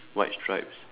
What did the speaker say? white stripes